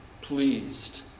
pleased